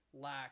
lack